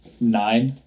nine